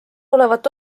olevat